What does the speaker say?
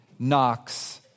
Knocks